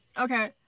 okay